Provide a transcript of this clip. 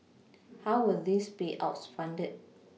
how were these payouts funded